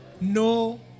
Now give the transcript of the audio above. no